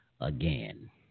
again